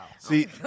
See